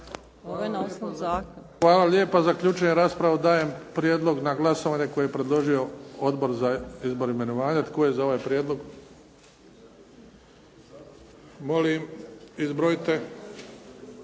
Hvala lijepa. Zaključujem raspravu. Dajem prijedlog na glasovanje koji je predložio Odbora za imenovanje. Tko je za ovaj prijedlog? Molim izbrojite.